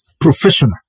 professional